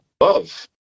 love